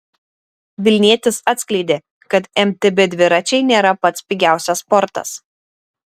vilnietis atskleidė kad mtb dviračiai nėra pats pigiausias sportas